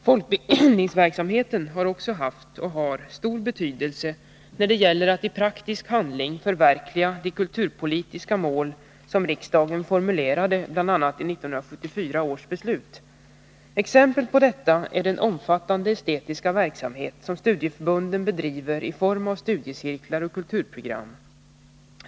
Folkbildningsverksamheten har också haft och har stor betydelse när det gäller att i praktisk handling förverkliga de kulturpolitiska mål som riksdagen formulerade bl.a. i 1974 års beslut. Exempel på detta är den omfattande estetiska verksamhet som studieförbunden bedriver i form av studiecirklar och kulturprogram.